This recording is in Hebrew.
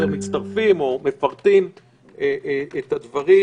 שמצטרפים או מפרטים את הדברים,